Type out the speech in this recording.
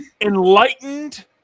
enlightened